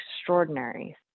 extraordinary